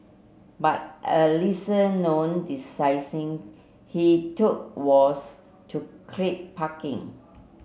but a lesser known decision he took was to crimp parking